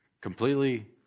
completely